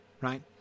right